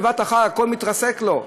בבת אחת הכול מתרסק לו.